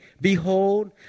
Behold